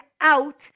out